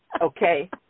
okay